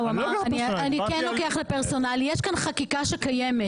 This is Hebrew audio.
יש כאן חקיקה שקיימת.